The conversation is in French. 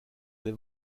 des